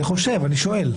אני חושב, אני שואל.